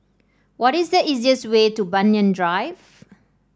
what is the easiest way to Banyan Drive